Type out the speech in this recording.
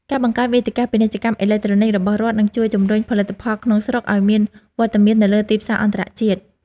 ការបង្កើតវេទិកាពាណិជ្ជកម្មអេឡិចត្រូនិចរបស់រដ្ឋនឹងជួយជម្រុញផលិតផលក្នុងស្រុកឱ្យមានវត្តមាននៅលើទីផ្សារអន្តរជាតិ។